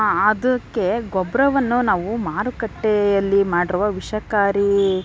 ಅದಕ್ಕೆ ಗೊಬ್ಬರವನ್ನು ನಾವು ಮಾರುಕಟ್ಟೆಯಲ್ಲಿ ಮಾಡಿರುವ ವಿಷಕಾರಿ